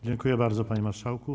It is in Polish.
Dziękuję bardzo, panie marszałku.